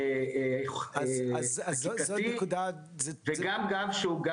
שהיה אמור להיות מבחינתנו --- אני מקווה שזו תהיה רק דחייה ולא ביטול.